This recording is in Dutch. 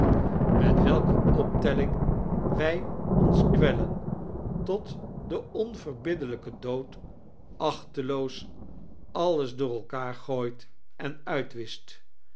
met welker optelling wij ons kwellen tot de onverbiddelijke dood achteloos alles door elkaar gooit en uitwischt